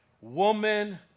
woman